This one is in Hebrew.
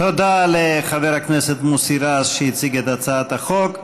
תודה לחבר הכנסת מוסי רז, שהציג את הצעת החוק.